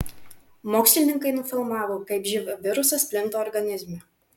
mokslininkai nufilmavo kaip živ virusas plinta organizme